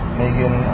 megan